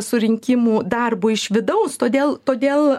su rinkimų darbu iš vidaus todėl todėl